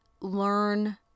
learn